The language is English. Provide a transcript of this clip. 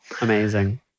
Amazing